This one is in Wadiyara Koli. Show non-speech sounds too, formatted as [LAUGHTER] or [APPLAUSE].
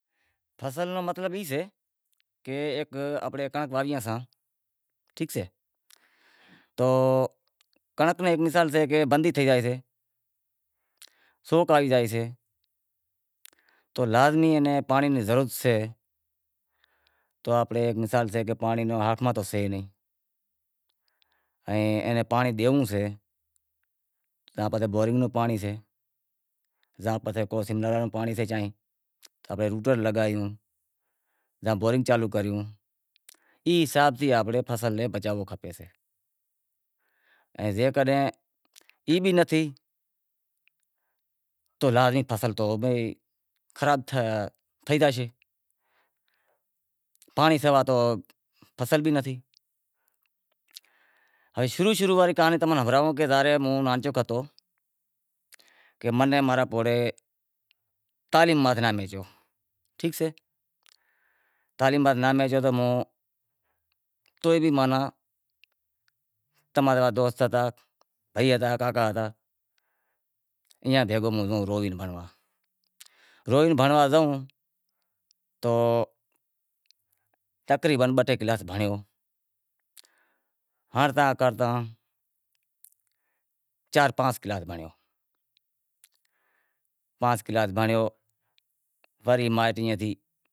ایک آنپڑے کنڑنک وانویاں ساں ٹھیک سے، کنڑنک میں ایک مثال سے بندی تھے زائی سے سوک آوی زائیسے، تو لازمی اے پانڑی ری ضرورت سے، تو آنپڑے مثال سے پانڑی ہاتھ میں تو سے نہیں، ائیں پانڑی ڈینوڑو سے تو [UNINTELLIGIBLE] زاں کوئی [UNINTELLIGIBLE] زاں بورنگ چالو کروں، ای حساب سی آنپڑے فصل نیں بچاوو کھپے سے، ان جیکڈنہں ای بھی نتھی، تو لازمی بھئی فصل تو خراب تھئی زاشے، پانڑی سوا تو فصل بھی ناں تھے، ہوے شروع شروع واڑی کیانڑی تماں نے نیں ہنبھڑائوں کہ ہوں نانہو ہتو تو منیں ماں رے پوڑہے تعلیم ماتھے ناں بھیجیو، تو بھی ماناں تماں جیوا دوست ہتا بھئی ہتا کاکا ہتا تو ایئاں کہیو کہ توں بھنڑوا جا، بھنڑوا جا تو تقریبن بہ ٹے کلاس بھنڑیو، ہارپا کرتا چار پانس کلاس بھنڑیو، پانس کلاس بھنریو وری مائٹ ای تھی